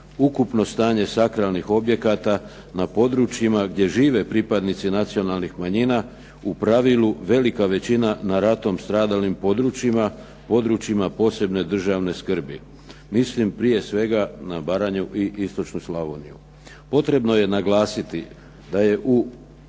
ukupno stanje sakralnih objekata na područjima gdje žive pripadnici nacionalnih manjina, u pravilu velika većina na ratom stradalim područjima, područjima posebne državne skrbi. Mislim prije svega na Baranju i istočnu Slavoniju. Potrebno je naglasiti da je u